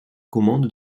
commandes